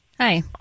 Hi